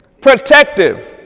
protective